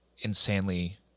insanely